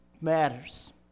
matters